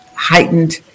heightened